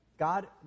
God